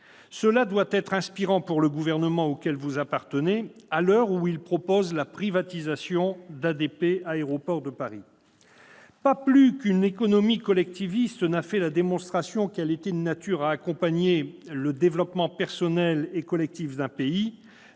Cela devrait inspirer le gouvernement auquel vous appartenez, à l'heure où il propose la privatisation d'Aéroports de Paris. Si nulle économie collectiviste n'a fait la démonstration qu'elle était de nature à accompagner le développement personnel et collectif d'un pays,